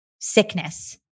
sickness